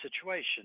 situation